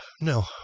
no